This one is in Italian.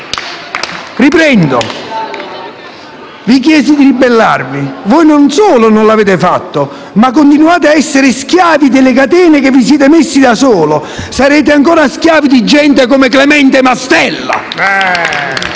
Una volta vi chiesi di ribellarvi. Voi non solo non l'avete fatto ma continuate ad essere schiavi delle catene che vi siete messi da soli. Sarete ancora schiavi di gente come Clemente Mastella!